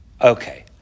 Okay